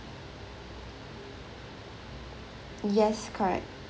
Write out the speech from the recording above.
yes correct